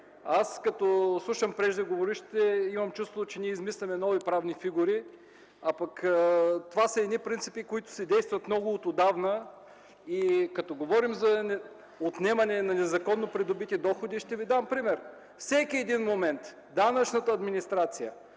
Аз като слушам преждеговорившите, имам чувството, че измисляме нови правни фигури, а пък това са едни принципи, които действат много от отдавна. Като говорим за отнемане на незаконно придобити доходи, ще Ви дам пример. Във всеки един момент данъчната администрация